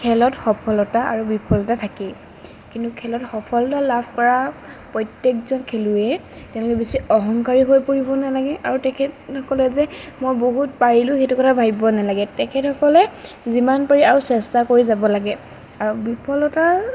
খেলত সফলতা আৰু বিফলতা থাকেই কিন্তু খেলত সফলতা লাভ কৰা প্ৰত্যেকজন খেলুৱৈয়ে তেওঁলোকে বেছি অহংকাৰী হৈ পৰিব নেলাগে আৰু তেখেতসকলে যে মই বহুত পাৰিলোঁ সেইটো কথা ভাবিব নেলাগে তেখেতেসকলে যিমান পাৰি আৰু চেষ্টা কৰি যাব লাগে আৰু বিফলতাৰ